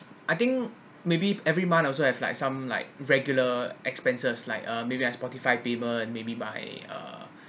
I think maybe every month also have like some like regular expenses like uh maybe like Spotify payment maybe my uh